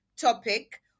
topic